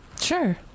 Sure